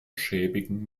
schäbigen